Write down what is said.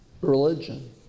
religion